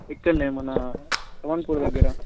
ఇక్కడనే మన తోన్పూర్ దగ్గర